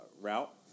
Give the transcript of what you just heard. route